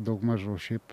daugmaž o šiaip